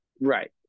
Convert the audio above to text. Right